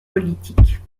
politique